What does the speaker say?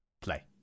Play